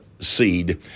seed